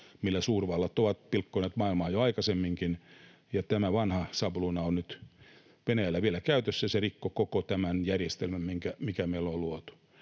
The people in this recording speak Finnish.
millä suurvallat ovat pilkkoneet maailmaa jo aikaisemminkin. Tämä vanha sapluuna on nyt Venäjällä vielä käytössä, ja se rikkoi koko tämän järjestelmän, mikä meillä on luotu.